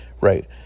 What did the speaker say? right